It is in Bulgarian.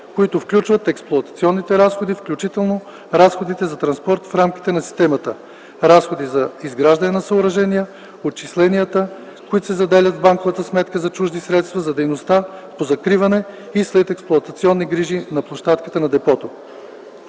които включват експлоатационните разходи, включително разходи за транспорт в рамките на системата, разходи за изграждане на съоръжения, отчисленията, които се заделят в банковата сметка за чужди средства за дейности по закриване и следексплоатационни грижи на площадката на депото.